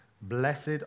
blessed